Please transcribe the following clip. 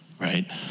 Right